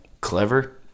clever